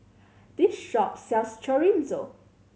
this shop sells Chorizo